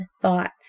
thoughts